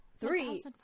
three